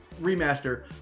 remaster